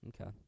okay